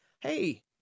hey